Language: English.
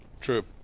True